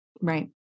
Right